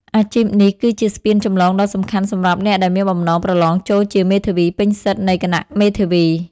អាជីពនេះគឺជាស្ពានចម្លងដ៏សំខាន់សម្រាប់អ្នកដែលមានបំណងប្រឡងចូលជាមេធាវីពេញសិទ្ធិនៃគណៈមេធាវី។